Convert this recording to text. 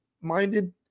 minded